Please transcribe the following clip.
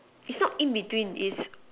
it's not in between it's